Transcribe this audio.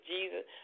Jesus